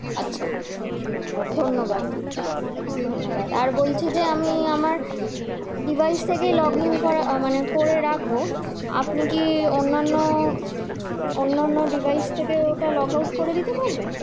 আচ্ছা ধন্যবাদ ধন্যবাদ আর বলছি যে আমি আমার ডিভাইস থেকেই লগ ইন করা মানে করে রাখবো আপনি কি অন্যান্য অন্য অন্য ডিভাইস থেকে ওটা লগ আউট করে দিতে পারবেন